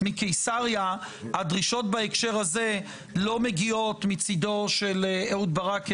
מקיסריה הדרישות בהקשר הזה לא מגיעות מצדו של אהוד ברק.